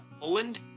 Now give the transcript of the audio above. Poland